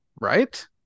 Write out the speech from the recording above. Right